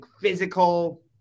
physical